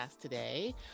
today